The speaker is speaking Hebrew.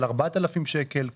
של 4,000 שקל,